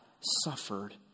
suffered